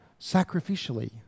sacrificially